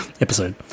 episode